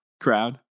crowd